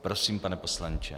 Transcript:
Prosím, pane poslanče.